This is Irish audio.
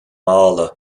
mála